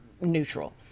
neutral